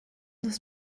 das